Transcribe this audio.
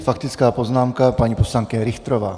Faktická poznámka, paní poslankyně Richterová.